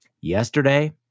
yesterday